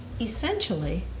essentially